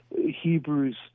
Hebrews